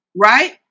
Right